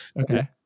Okay